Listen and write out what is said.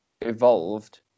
evolved